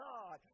God